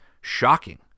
shocking